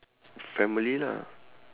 family lah